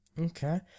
okay